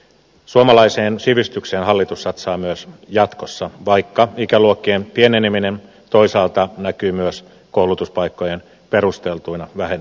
suomalaiseen sivistykseen hallitus satsaa myös jatkossa vaikka ikäluokkien pieneneminen toisaalta näkyy myös koulutuspaikkojen perusteltuina vähennyksinä